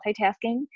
multitasking